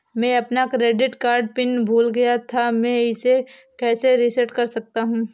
मैं अपना credit card pin भूल गया था मैं इसे कैसे रीसेट कर सकता हूँ?